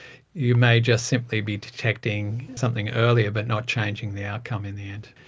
you may just simply be detecting something earlier but not changing the outcome in the end.